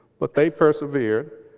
but they persevered.